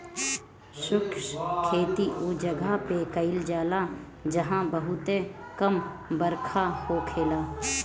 शुष्क खेती उ जगह पे कईल जाला जहां बहुते कम बरखा होखेला